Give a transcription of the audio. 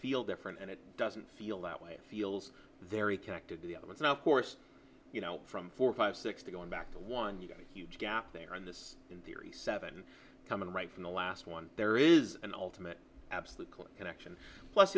feel different and it doesn't feel that way feels very connected to the of it's not course you know from four five six to going back to one you got a huge gap there and this in theory seven coming right from the last one there is an ultimate absolute clear connection plus